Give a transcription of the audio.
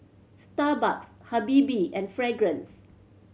Starbucks Habibie and Fragrance